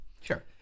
Sure